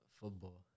football